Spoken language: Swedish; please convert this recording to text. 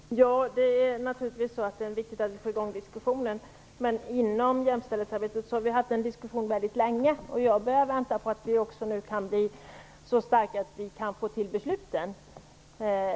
Herr talman! Det är naturligtvis viktigt att få i gång diskussionen. Men inom jämställdhetsarbetet har vi fört en diskussion väldigt länge. Jag börjar vänta på att vi nu kan bli så starka att vi kan komma till besluten.